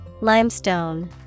Limestone